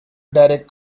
derek